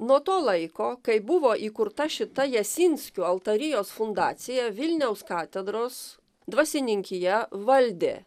nuo to laiko kai buvo įkurta šita jasinskių altarijos fundacija vilniaus katedros dvasininkija valdė